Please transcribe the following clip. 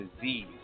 disease